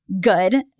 Good